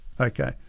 Okay